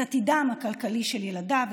את עתידם הכלכלי של ילדיו,